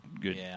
good